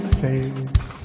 face